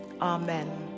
Amen